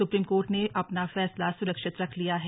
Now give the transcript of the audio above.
supreme court ने अपना फैसला सुरक्षित रख लिया है